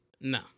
No